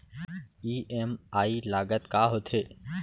EMI लागत का होथे?